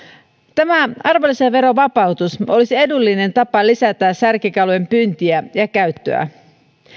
tämä arvonlisäverovapautus olisi edullinen tapa lisätä särkikalojen pyyntiä ja käyttöä